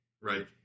Right